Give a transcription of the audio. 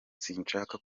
sinshaka